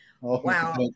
Wow